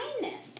kindness